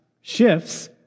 shifts